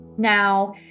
Now